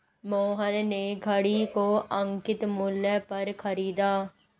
मोहन ने घड़ी को अंकित मूल्य पर खरीदा